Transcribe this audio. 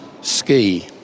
ski